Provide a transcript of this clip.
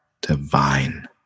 divine